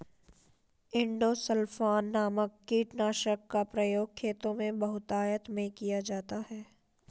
endosulfan नामक कीटनाशक का प्रयोग खेतों में बहुतायत में किया जाता है